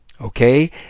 Okay